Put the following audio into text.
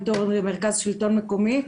כמרכז שלטון מקומי,